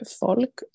folk